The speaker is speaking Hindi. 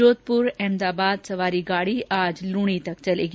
जोधपुर अहमदाबाद सवारी गाड़ी आज लूणी तक चलेगी